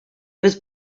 was